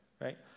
right